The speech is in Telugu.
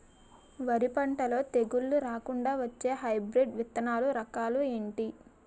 వరి పంటలో తెగుళ్లు రాకుండ వచ్చే హైబ్రిడ్ విత్తనాలు రకాలు ఏంటి?